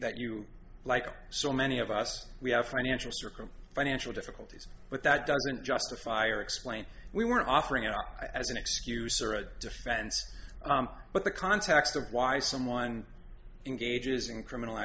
that you like so many of us we have financial circle financial difficulties but that doesn't justify or explain we were offering our as an excuse or a defense but the context of why someone engages in criminal